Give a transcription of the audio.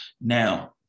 Now